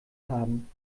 haben